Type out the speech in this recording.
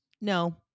No